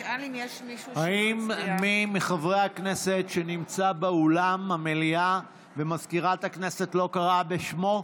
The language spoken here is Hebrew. נגד האם מי מחברי הכנסת נמצא באולם המליאה ומזכירת הכנסת לא קראה בשמו?